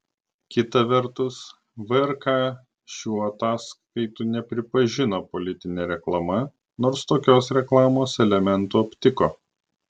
kita vertus vrk šių ataskaitų nepripažino politine reklama nors tokios reklamos elementų aptiko